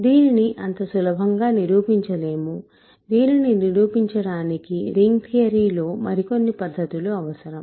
దీనిని అంత సులభంగా నిరూపించలేము దీనిని నిరూపించడానికి రింగ్ థియరీ లో మరికొన్ని పద్ధతులు అవసరం